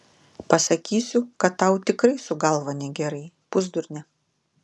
pasakysiu kad tau tikrai su galva negerai pusdurne